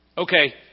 Okay